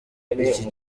iki